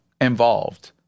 involved